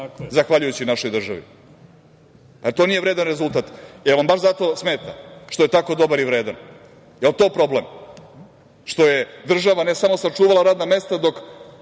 zahvaljujući našoj državi. Zar to nije vredan rezultat? Da li vam baš zato smeta što je tako dobar i vredan, da li je to problem što je država ne samo sačuvala radna mesta dok